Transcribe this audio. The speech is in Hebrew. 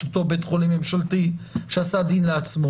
אותו בית חולים ממשלתי שעשה דין לעצמו.